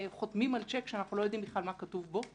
חותמים על צ'ק שאנחנו לא יודעים בכלל מה כתוב בו.